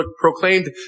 proclaimed